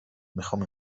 میخام